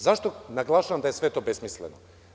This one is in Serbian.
Zašto naglašavam da je sve to besmisleno?